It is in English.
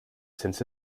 since